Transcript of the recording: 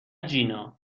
جینا